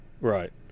Right